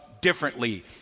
differently